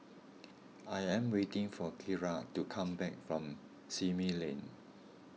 I am waiting for Kiara to come back from Simei Lane